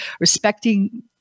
respecting